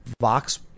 Vox